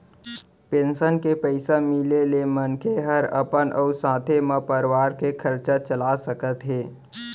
pension के पइसा मिले ले मनखे हर अपन अउ साथे म परवार के खरचा चला सकत हे